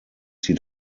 sie